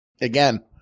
Again